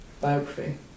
biography